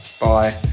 Bye